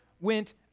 went